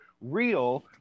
real